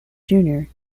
junior